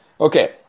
Okay